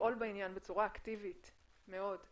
לפעול בעניין בצורה אקטיבית מאוד.